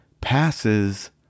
passes